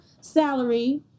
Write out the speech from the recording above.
salary